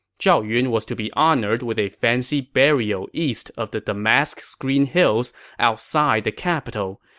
zhao yun was to be honored with a fancy burial east of the damask screen hills outside the capital.